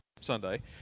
Sunday